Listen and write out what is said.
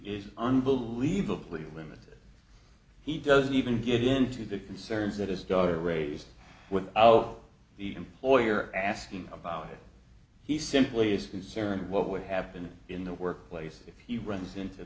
is unbelievably limited he doesn't even get into different cern's that his daughter raised with oh the employer asking about he simply is concerned what would happen in the workplace if he runs into